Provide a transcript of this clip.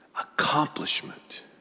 Accomplishment